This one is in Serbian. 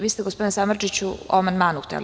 Vi ste gospodine Samardžiću o amandmanu hteli?